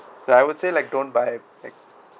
so I would say like don't buy like